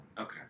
Okay